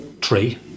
tree